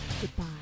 Goodbye